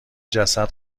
جسد